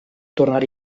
tornar